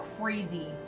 crazy